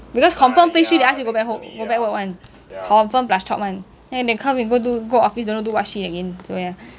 because confirm phase three they ask you go back ho~ go back work [one] confirm plus chop [one] then come we go do go office don't know do what shit again so ya